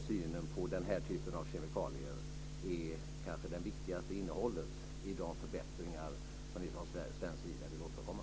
Synen på den här typen av kemikalier är det kanske viktigaste innehållet i de förbättringar som vi från svensk sida vill åstadkomma.